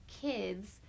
kids